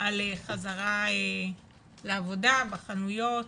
על חזרה לעבודה בחנויות,